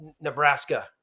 Nebraska